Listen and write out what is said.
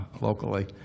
locally